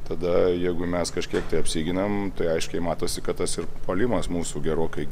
tada jeigu mes kažkiek tai apsiginam tai aiškiai matosi kad tas ir puolimas mūsų gerokai